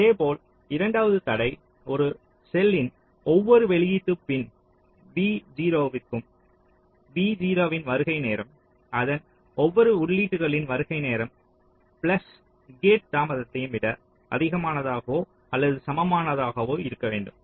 இதேபோல் இரண்டாவது தடை ஒரு செல்லின் ஒவ்வொரு வெளியீட்டு பின் vo விற்கும் இருக்கும் vo இன் வருகை நேரம் அதன் ஒவ்வொரு உள்ளீடுகளின் வருகை நேரம் பிளஸ் கேட் தாமதத்தையும் விட அதிகமாகவோ அல்லது சமமாகவோ இருக்க வேண்டும்